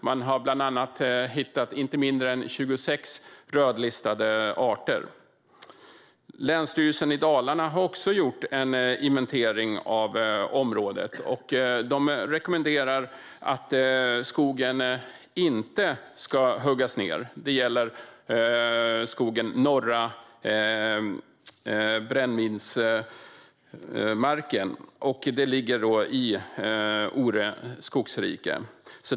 Man har bland annat hittat inte mindre än 26 rödlistade arter. Länsstyrelsen i Dalarna har också gjort en inventering av området. De rekommenderar att skogen inte ska huggas ned. Det gäller skogen vid Norra Brännvinsberget, som ligger i Ore skogsrike.